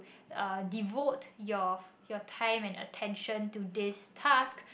uh devote your your time and attention to this task